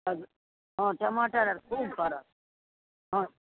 हँ टमाटर आओर खुब फड़त हँ